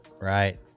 right